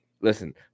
listen